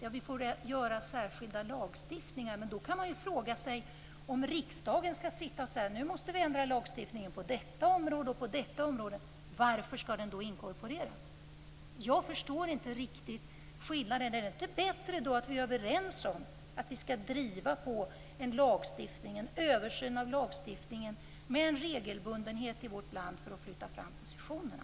Riksdagen får i så fall införa särskilda lagstiftningar. Man kan då fråga sig om riksdagen skall sitta och säga: Nu måste vi ändra lagstiftningen på detta område, på detta område och på detta område. Om det blir resultatet, varför skall då barnkonventionen inkorporeras? Jag förstår inte riktigt skillnaden. Är det då inte bättre att vi är överens om att vi i vårt land skall driva på en översyn av lagstiftningen med en regelbundenhet för att flytta fram positionerna?